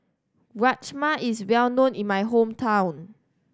rajma is well known in my hometown